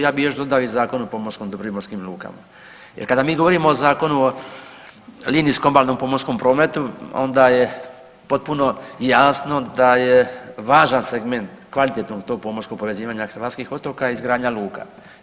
Ja bi još dodao i Zakon o pomorskom dobru i morskim lukama jer kada mi govorimo o Zakonu o linijskom obalnom pomorskom prometu onda je potpuno jasno da je važan segment kvalitetnog tog pomorskog povezivanja hrvatskih otoka izgradnja luka.